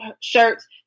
shirts